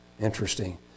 Interesting